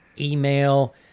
email